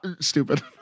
Stupid